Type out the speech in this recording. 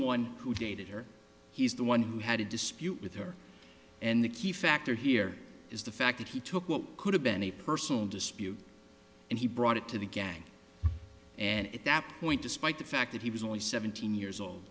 one who dated her he's the one who had a dispute with her and the key factor here is the fact that he took what could have been a personal dispute and he brought it to the gang and at that point despite the fact that he was only seventeen years old